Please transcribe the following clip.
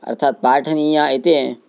अर्थात् पाठनीया इति